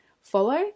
follow